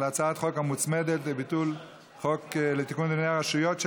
הצעת חוק לתיקון דיני הרשויות המקומיות,